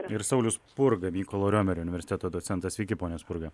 ir saulius spurga mykolo romerio universiteto docentas sveiki pone spurga